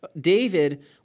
David